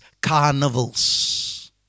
carnivals